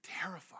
terrified